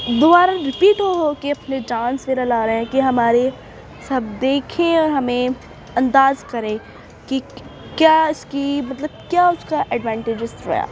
دوبارہ رپیٹ ہو ہو کے اپنے ڈانس وغیرہ لا رہے ہیں کہ ہمارے سب دیکھیں اور ہمیں انداز کریں کہ کیا اس کی مطلب کیا اس کا ایڈوانٹیجس رہا